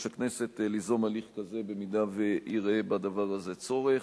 הכנסת ליזום הליך כזה אם יראה בדבר הזה צורך.